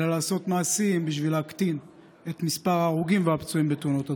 אלא לעשות מעשים כדי להקטין את מספר ההרוגים והפצועים בתאונות הדרכים.